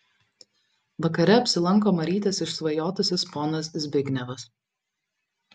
vakare apsilanko marytės išsvajotasis ponas zbignevas